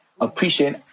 appreciate